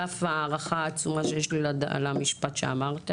על אף ההערכה העצומה שיש לי על המשפט שאמרת